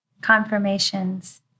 Confirmations